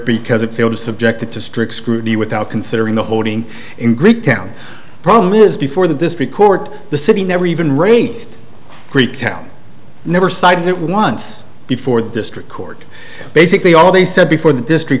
because it feels subjected to strict scrutiny without considering the holding in greektown problem is before the district court the city never even raised greektown never cited it once before the district court basically all they said before the district